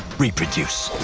reproduce.